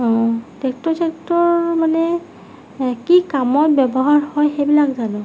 tractor sector মানে কি কামত ব্যৱহাৰ হয় সেইবিলাক জানো